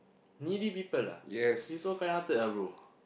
needy people ah you so kindhearted ah bro